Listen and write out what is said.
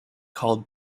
called